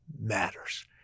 matters